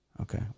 Okay